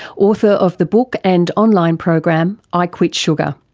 author of the book and online program i quit sugar.